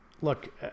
look